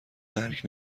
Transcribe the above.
درک